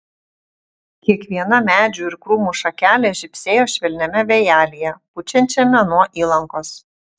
kiekviena medžių ir krūmų šakelė žibsėjo švelniame vėjelyje pučiančiame nuo įlankos